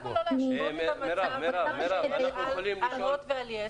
למה לא להשוות את המצב למצב שיש על הוט ועל יס?